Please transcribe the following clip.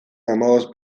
hamabost